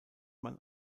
man